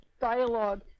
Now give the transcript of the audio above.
dialogue